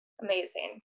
Amazing